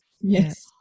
Yes